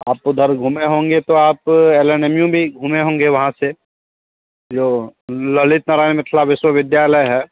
आप उधर घूमे होंगे तो आप एल एन एम यू ही घूमे होंगे वहाँ से जो ललित नरायण मिथिला विश्वविद्यालय है